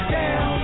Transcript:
down